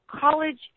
college